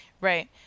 Right